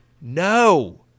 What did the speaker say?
No